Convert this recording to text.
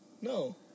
No